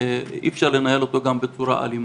אי-אפשר לנהל אותו בצורה אלימה,